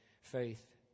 faith